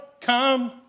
come